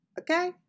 okay